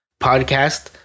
podcast